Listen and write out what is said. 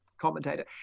commentator